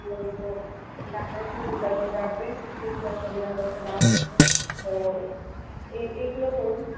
নিয়মিত ডাক্তারের সাথে যোগাযোগ রাখবেন কিসে কি অসুবিধা হচ্ছে না হচ্ছে তো এই এইগুলো করুন